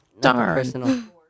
darn